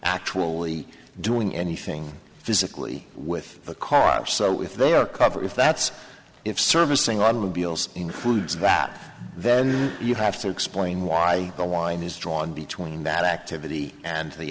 actually doing anything physically with the car so if they are covered if that's if servicing automobiles includes that then you have to explain why the line is drawn between that activity and the